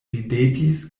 ridetis